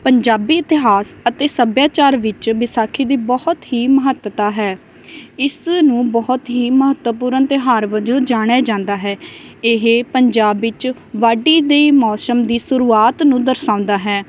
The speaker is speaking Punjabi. ਪੰਜਾਬੀ ਇਤਿਹਾਸ ਅਤੇ ਸੱਭਿਆਚਾਰ ਵਿੱਚ ਵਿਸਾਖੀ ਦੀ ਬਹੁਤ ਹੀ ਮਹੱਤਤਾ ਹੈ ਇਸ ਨੂੰ ਬਹੁਤ ਹੀ ਮਹੱਤਵਪੂਰਨ ਤਿਉਹਾਰ ਵਜੋਂ ਜਾਣਿਆ ਜਾਂਦਾ ਹੈ ਇਹ ਪੰਜਾਬ ਵਿੱਚ ਵਾਢੀ ਦੇ ਮੌਸਮ ਦੀ ਸ਼ੁਰੂਆਤ ਨੂੰ ਦਰਸਾਉਂਦਾ ਹੈ